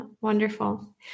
wonderful